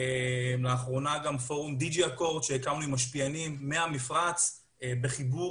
לאחרונה גם פורום --- שהקמנו עם משפיענים מהמפרץ בחיבור